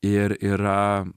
ir yra